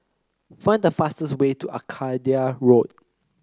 find the fastest way to Arcadia Road